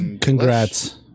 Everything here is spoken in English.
Congrats